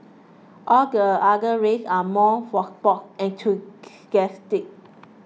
all the other races are more for sports enthusiasts